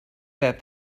that